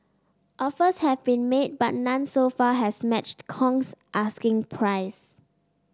offers have been made but none so far has matched Kong's asking price